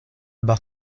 bas